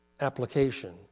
application